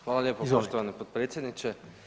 Hvala lijepo poštovani potpredsjedniče.